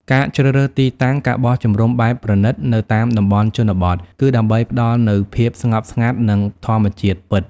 ការជ្រើសរើសទីតាំង ការបោះជំរំបែបប្រណីត នៅតាមតំបន់ជនបទ គឺដើម្បីផ្តល់នូវ ភាពស្ងប់ស្ងាត់ និងធម្មជាតិពិត ។